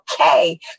okay